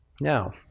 now